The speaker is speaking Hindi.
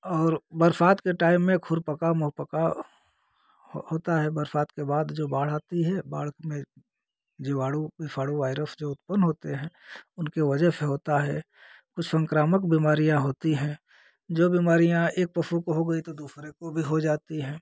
और बरसात के टाइम में ख़ुरपका मुँहपका होता है बरसात के बाद जो बाढ़ आती है बाढ़ में जीवाणु विषाणु वायरस जो उत्पन्न होते हैं उनकी वज़ह से होता है कुछ संक्रामक बीमारियाँ होती हैं जो बीमारियाँ एक पशु को हो गई तो दूसरे को भी हो जाती हैं